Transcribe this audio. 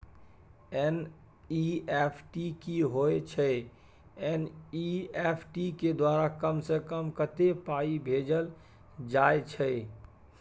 NEFT की होय छै एन.ई.एफ.टी के द्वारा कम से कम कत्ते पाई भेजल जाय छै?